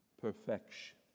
perfection